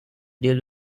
deal